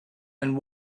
and